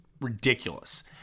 ridiculous